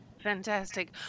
Fantastic